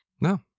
No